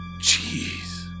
Jeez